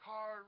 Car